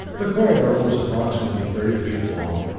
the corridor was approximately thirty feet long,